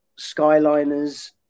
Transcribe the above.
Skyliners